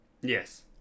yes